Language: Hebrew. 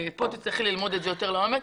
תצטרכו ללמוד את זה יותר לעומק.